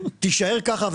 לכן תישאר ככה,